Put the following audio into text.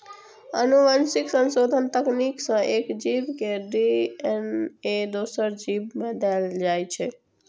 आनुवंशिक संशोधन तकनीक सं एक जीव के डी.एन.ए दोसर जीव मे देल जाइ छै